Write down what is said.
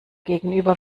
gegenüber